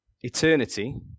eternity